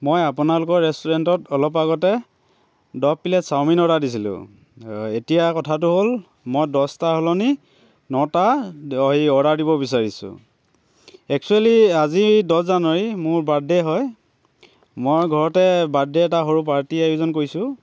মই আপোনালোকৰ ৰেষ্টুৰেণ্টত অলপ আগতে দহ প্লেট চাওমিন অৰ্ডাৰ দিছিলোঁ এতিয়া কথাটো হ'ল মই দহটাৰ সলনি নটা হেৰি অৰ্ডাৰ দিব বিচাৰিছোঁ একচ্যুৱেলি আজি দহ জানুৱাৰী মোৰ বাৰ্থডে' হয় মই ঘৰতে বাৰ্থডে' এটা সৰু পাৰ্টী আয়োজন কৰিছোঁ